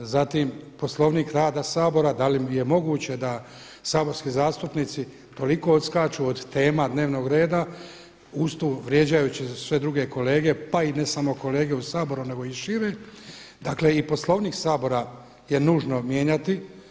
Zatim Poslovnik rada Sabora da li je moguće da saborski zastupnici toliko odskaču od tema dnevnog reda uz tu vrijeđajući sve druge kolege, pa i ne samo kolege u Saboru nego i šire, dakle i Poslovnik Sabora je nužno mijenjati.